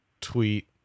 tweet